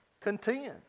contend